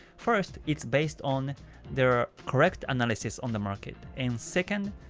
first, it's based on their correct analysis on the market, and second,